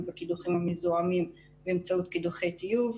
בקידוחים המזוהמים באמצעות קידוחי טיוב,